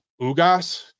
Ugas